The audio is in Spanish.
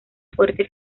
fuerte